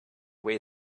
way